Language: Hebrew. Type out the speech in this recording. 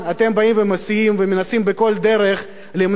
אתם באים ומסייעים ומנסים בכל דרך למנוע